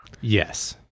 Yes